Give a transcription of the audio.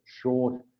short